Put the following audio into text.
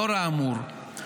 לאור האמור,